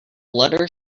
letter